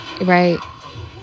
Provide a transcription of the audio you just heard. right